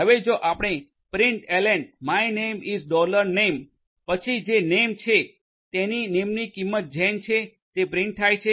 હવે જો આપણે println my name is dollar name println My name is name પછી જે નેમ છે તેની નેમની કિંમત જેન છે તે પ્રિન્ટ થાય છે